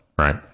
right